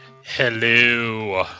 Hello